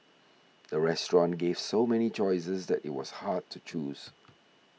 the restaurant gave so many choices that it was hard to choose